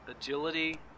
agility